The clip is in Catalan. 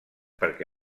perquè